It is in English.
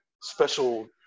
special